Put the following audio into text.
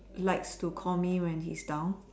likes to call me when he's down